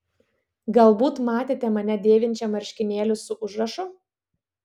galbūt matėte mane dėvinčią marškinėlius su užrašu